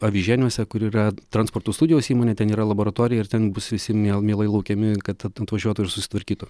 avižieniuose kur yra transporto studijos įmonė ten yra laboratorija ir ten bus visi mie mielai laukiami kad atvažiuotų ir susitvarkytų